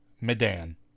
medan